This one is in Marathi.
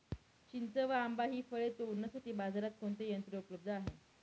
चिंच व आंबा हि फळे तोडण्यासाठी बाजारात कोणते यंत्र उपलब्ध आहे?